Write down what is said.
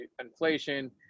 inflation